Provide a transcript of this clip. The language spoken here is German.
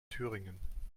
thüringen